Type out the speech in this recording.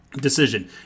decision